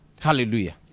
Hallelujah